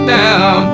down